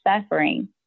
suffering